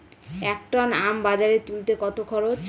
এক টন আম বাজারে তুলতে কত খরচ?